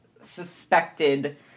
suspected